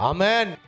Amen